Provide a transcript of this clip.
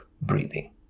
breathing